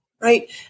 right